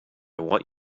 want